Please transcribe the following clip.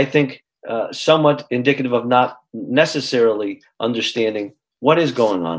i think somewhat indicative of not necessarily understanding what is going on